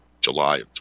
July